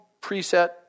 preset